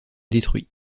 détruit